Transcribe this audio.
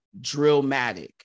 Drillmatic